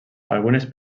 algunes